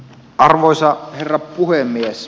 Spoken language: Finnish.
arvoisa herra puhemies